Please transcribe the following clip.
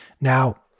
Now